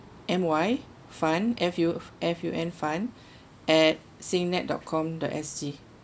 M Y fun F U F U N fun at singnet dot com dot S G